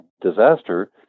disaster